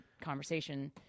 conversation